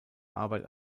arbeit